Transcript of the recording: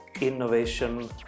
innovation